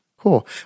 Cool